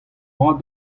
mat